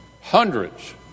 Hundreds